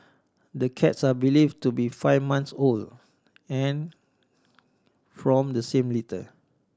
the cats are believe to be five months old and from the same litter